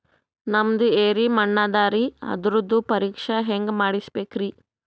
ನಮ್ದು ಎರಿ ಮಣ್ಣದರಿ, ಅದರದು ಪರೀಕ್ಷಾ ಹ್ಯಾಂಗ್ ಮಾಡಿಸ್ಬೇಕ್ರಿ?